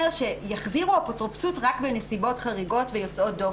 שיחזירו אפוטרופסות רק בנסיבות חריגות ויוצאות דופן.